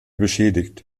beschädigt